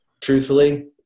truthfully